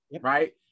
right